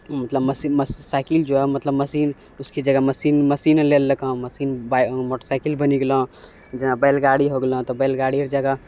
मतलब machine cycle जँ मतलब मशीन उसके जगह मशीन लै लेलकँ मशीन मोटर साइकिल बनी गेलो जेना बैलगाड़ी हो गेलो तऽ बैलगाड़ीके जगह